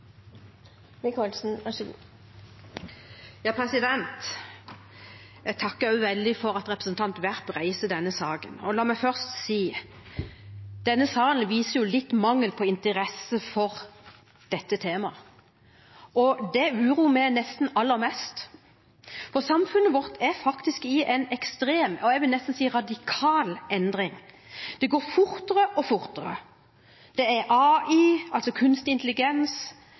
Jeg takker også veldig for at representanten Werp reiser denne saken. La meg først si: Denne salen viser litt mangel på interesse for dette temaet, og det uroer meg nesten aller mest. Samfunnet vårt er faktisk i en ekstrem – og jeg vil nesten si radikal – endring. Det går fortere og fortere. Det er AI, kunstig intelligens,